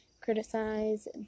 criticize